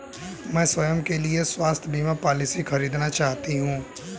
मैं स्वयं के लिए स्वास्थ्य बीमा पॉलिसी खरीदना चाहती हूं